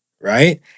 Right